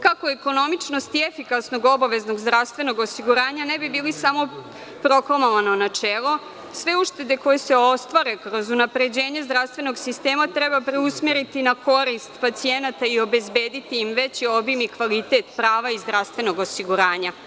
Kako ekonomičnost i efikasnog obaveznog zdravstvenog osiguranja ne bi bili samo proklamovano načelo sve uštede koje se ostvare kroz unapređenje zdravstvenog sistema treba preusmeriti na korist pacijenata i obezbediti im veći obim i kvalitet prava iz zdravstvenog osiguranja.